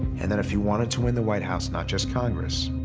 and that if you wanted to win the white house, not just congress,